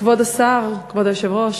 כבוד היושב-ראש,